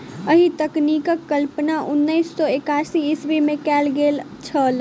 एहि तकनीकक कल्पना उन्नैस सौ एकासी ईस्वीमे कयल गेल छलै